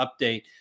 update